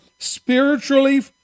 Spiritually